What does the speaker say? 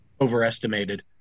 overestimated